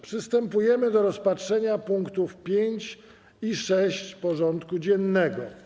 Przystępujemy do rozpatrzenia punktów 5. i 6. porządku dziennego: